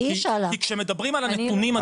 כי כשמדברים על הנתונים,